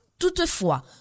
Toutefois